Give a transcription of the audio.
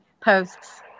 posts